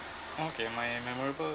okay my memorable